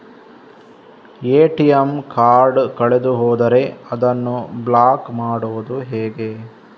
ATM card ಕಳೆದು ಹೋದರೆ ಅದನ್ನು ಬ್ಲಾಕ್ ಮಾಡುವುದು ಹೇಗೆ?